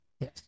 Yes